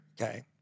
Okay